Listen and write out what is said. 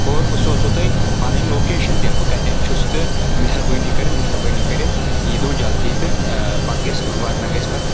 اور بہٕ سوزہو تۄہہِ پنٕنۍ لوکَیٚشن تہِ بہٕ کتؠن چھُس تہٕ مہربٲنی کٔرِتھ مہربٲنی کٔرِتھ ییٖتو جلدی تہٕ پتہٕ گژھِ وَرنا گژھِ پتہٕ